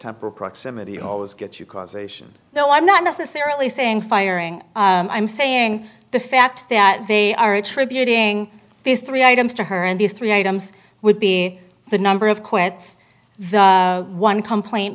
temper proximity always gets you causation though i'm not necessarily saying firing i'm saying the fact that they are attributing these three items to her and these three items would be the number of quits one complaint